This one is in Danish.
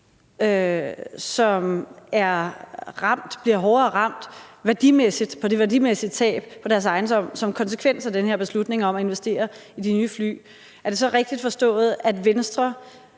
huse, som bliver hårdere ramt på det værdimæssige tab på deres ejendom som konsekvens af den her beslutning om at investere i de nye fly, så vil Venstre